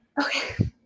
Okay